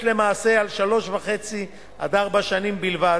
למעשה על שלוש וחצי עד ארבע שנים בלבד,